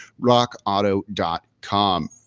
rockauto.com